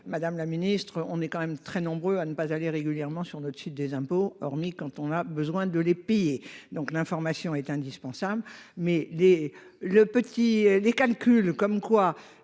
Madame la ministre, on est quand même très nombreux à ne pas aller régulièrement sur notre site des impôts hormis quand on a besoin de les payer, donc l'information est indispensable mais les le petit les calculs comme quoi.